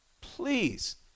please